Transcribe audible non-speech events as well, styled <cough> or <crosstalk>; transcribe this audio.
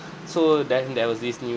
<breath> so then there was this new